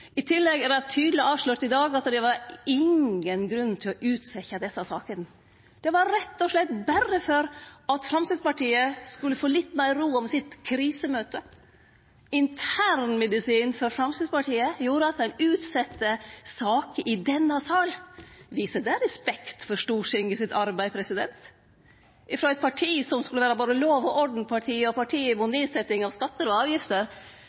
I tillegg er det i dag tydeleg avslørt at det var ingen grunn til å utsetje desse sakene. Det var rett og slett berre for at Framstegspartiet skulle få litt meir ro om krisemøtet sitt. Internmedisinen for Framstegspartiet gjorde at ein utsette saker i denne salen. Viser det respekt for Stortingets arbeid – frå eit parti som skulle vere både lov-og-orden-partiet og partiet for nedsetjing av skattar og avgifter?